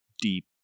deep